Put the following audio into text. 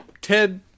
Ted